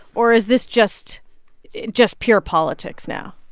or is this just just pure politics now?